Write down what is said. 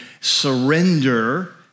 surrender